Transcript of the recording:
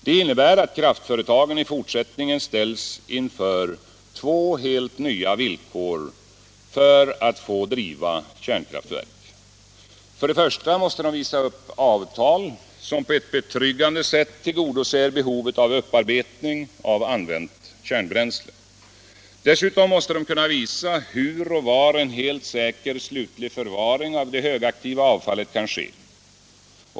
Det innebär att kraftföretagen i fortsättningen ställs inför två helt nya villkor för att få driva kärnkraftverk. För det första måste de visa upp avtal som på ett betryggande sätt tillgodoser behovet Allmänpolitisk debatt Allmänpolitisk debatt av upparbetning av använt kärnbränsle. För det andra måste de kunna visa hur och var en helt säker slutlig förvaring av det radioaktiva avfallet kan ske.